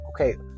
Okay